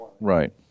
right